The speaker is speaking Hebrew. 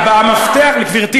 גברתי,